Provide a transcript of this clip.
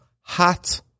hot